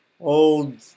old